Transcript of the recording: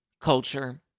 culture